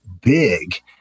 big